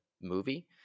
movie